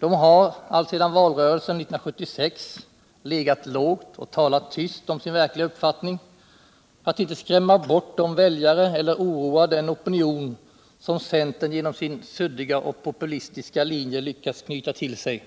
De har, alltsedan valrörelsen 1976, legat lågt och talat tyst om sin verkliga uppfattning för att inte skrämma bort de väljare eller oroa den opinion som centern genom sin suddiga och populistiska linje lyckats knyta till sig